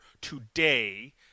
today